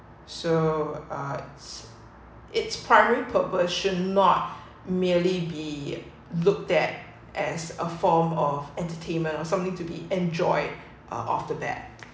so arts its primary perversion not merely be looked at as a form of entertainment or something to be enjoy uh often